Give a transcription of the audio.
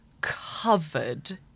covered